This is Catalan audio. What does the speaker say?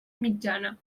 mitjana